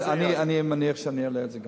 אני מניח שאני אעלה גם את זה.